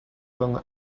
than